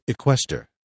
equester